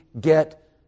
get